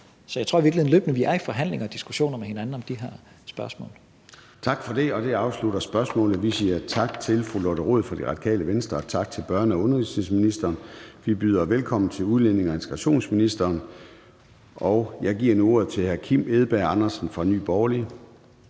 Så jeg tror i virkeligheden, vi løbende er i forhandlinger og diskussioner med hinanden om de her spørgsmål. Kl. 14:13 Formanden (Søren Gade): Tak for det, og det afslutter spørgsmålet. Vi siger tak til fru Lotte Rod fra Radikale Venstre og tak til børne- og undervisningsministeren. Vi byder velkommen til udlændinge- og integrationsministeren, og jeg giver nu ordet til hr. Kim Edberg Andersen fra Nye Borgerlige.